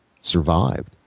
survived